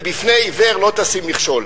ובפני עיוור לא תשים מכשול.